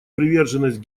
приверженность